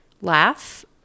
laugh